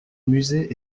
musée